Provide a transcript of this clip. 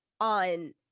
on